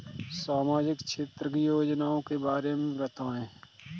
सामाजिक क्षेत्र की योजनाओं के बारे में बताएँ?